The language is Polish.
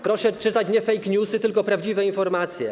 Proszę czytać nie fake newsy, tylko prawdziwe informacje.